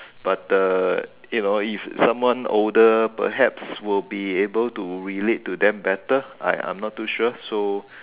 but uh you know if someone older perhaps will be able to relate to them better I I'm not too sure so